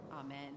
Amen